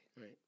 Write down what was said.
Right